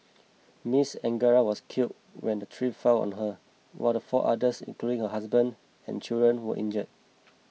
Miss Angara was killed when the tree fell on her while four others including her husband and children were injured